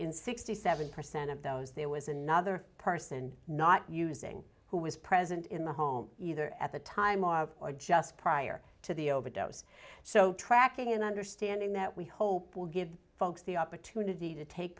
in sixty seven percent of those there was another person not using who was present in the home either at the time or or just prior to the overdose so tracking and understanding that we hope will give folks the opportunity t